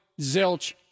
zilch